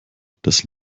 das